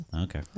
Okay